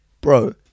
Bro